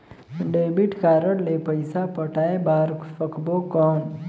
Debit card ले पइसा पटाय बार सकबो कौन?